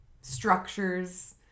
structures